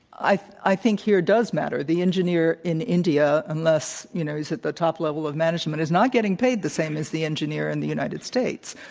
i i think here does matter. the engineer in india, unless, you know, he is at the top level of management, is not getting paid the same as the engineer in the united states.